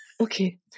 okay